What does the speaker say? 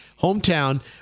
hometown